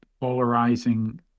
polarizing